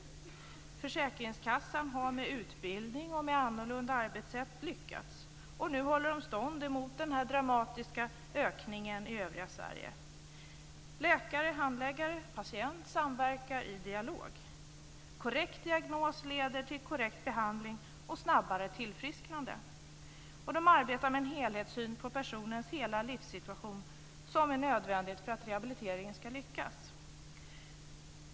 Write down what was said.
Försäkringskassan har med utbildning och med annorlunda arbetssätt lyckats, och nu håller man stånd mot den dramatiska ökningen i övriga Läkare, handläggare och patient samverkar i dialog. En korrekt diagnos leder till en korrekt behandling och ett snabbare tillfrisknande. Man arbetar med en helhetssyn på personens livssituation, vilket är nödvändigt för att rehabiliteringen ska lyckas.